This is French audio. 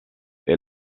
est